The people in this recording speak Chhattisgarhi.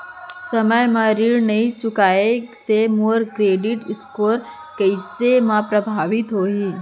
समय म ऋण नई चुकोय से मोर क्रेडिट स्कोर कइसे म प्रभावित होही?